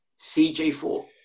CJ4